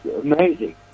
amazing